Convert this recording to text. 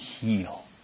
heal